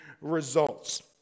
results